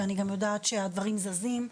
ואני יודעת גם שהדברים זזים,